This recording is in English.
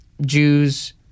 Jews